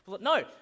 No